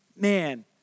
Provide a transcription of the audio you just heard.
Man